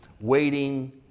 waiting